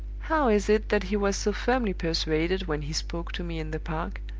how is it that he was so firmly persuaded, when he spoke to me in the park,